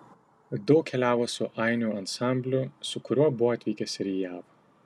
daug keliavo su ainių ansambliu su kuriuo buvo atvykęs ir į jav